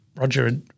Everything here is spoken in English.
Roger